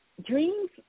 Dreams